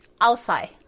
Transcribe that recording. outside